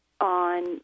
on